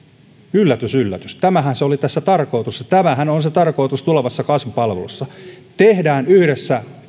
yllätys yllätys tämähän se oli tässä tarkoitus ja tämähän on se tarkoitus tulevassa kasvupalvelussa tehdään yhdessä